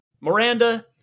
Miranda